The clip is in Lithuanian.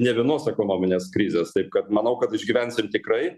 ne vienos ekonominės krizės taip kad manau kad išgyvensim tikrai